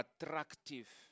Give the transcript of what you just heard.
attractive